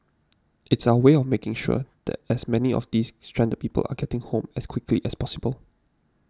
it's our way of making sure that as many of these stranded people are getting home as quickly as possible